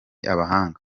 abahanga